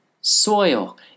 soil